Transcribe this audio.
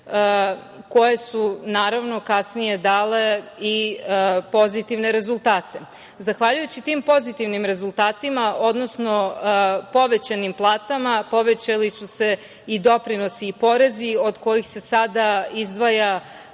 koje su naravno kasnije dale i pozitivne rezultate. Zahvaljujući tim pozitivnim rezultatima, odnosno povećanim platama, povećali su se i doprinosi i porezi, od kojih se sada izdvaja